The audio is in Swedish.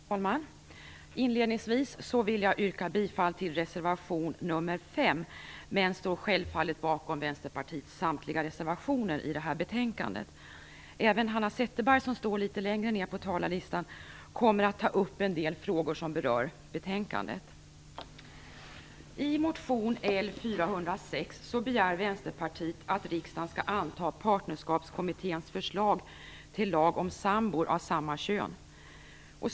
Herr talman! Inledningsvis vill jag yrka bifall till reservation nr 5 men står självfallet bakom Vänsterpartiets samtliga reservationer i betänkandet. Även Hanna Zetterberg, som står litet längre ned på talarlistan, kommer att ta upp en del frågor som berör betänkandet. I motion L406 begär Vänsterpartiet att riksdagen skall anta Partnerskapskommitténs förslag till lag om sambor av samma kön.